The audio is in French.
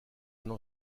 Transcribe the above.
n’en